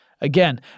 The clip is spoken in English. Again